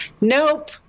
Nope